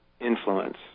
influence